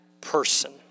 person